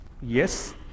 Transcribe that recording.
Yes